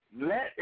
Let